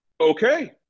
okay